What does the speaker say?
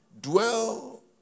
Dwell